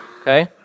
Okay